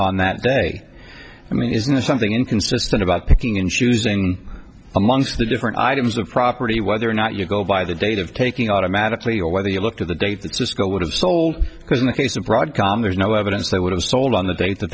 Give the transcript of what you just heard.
on that day i mean isn't that something inconsistent about picking and choosing amongst the different items of property whether or not you go by the date of taking automatically or whether you look at the date that cisco would have sold because in the case of broadcom there's no evidence they would have sold on the date that